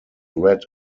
red